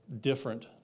different